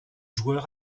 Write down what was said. joueur